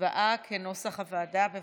הצבעה כנוסח הוועדה, בבקשה.